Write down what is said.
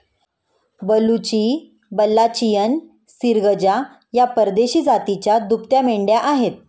बलुची, बल्लाचियन, सिर्गजा या परदेशी जातीच्या दुभत्या मेंढ्या आहेत